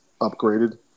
upgraded